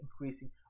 increasing